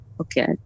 okay